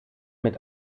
mit